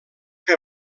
que